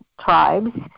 tribes